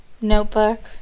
Notebook